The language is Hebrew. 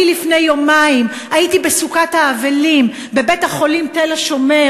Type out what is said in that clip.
לפני יומיים הייתי בסוכת האבלים בבית-החולים תל-השומר,